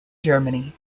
germany